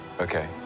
Okay